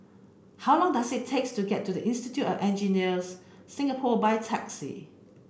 how long does it take to get to the Institute of Engineers Singapore by taxi